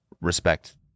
respect